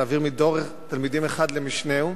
ולהעביר מדור תלמידים אחד למשנהו